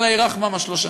אללה ירחמם, השלוש,